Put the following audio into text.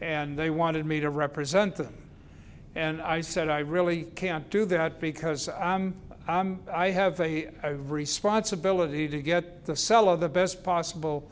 and they wanted me to represent them and i said i really can't do that because i'm i have a responsibility to get the cell of the best possible